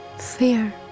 fear